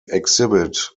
exhibit